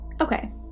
Okay